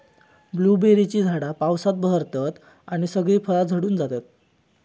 ब्लूबेरीची झाडा पावसात बहरतत आणि सगळी फळा झडून जातत